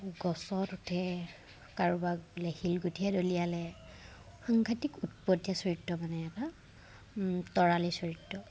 গছত উঠে কাৰোবাক বোলে শিলগুটিহে দলিয়ালে সাংঘাটিক উৎপতীয়া চৰিত্ৰ মানে এটা তৰালি চৰিত্ৰ